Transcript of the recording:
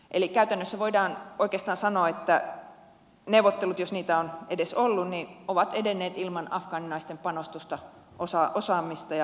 eli käytännössä voidaan oikeastaan sanoa että neuvottelut jos niitä on edes ollut ovat edenneet ilman afgaaninaisten panostusta osaamista ja osallistumista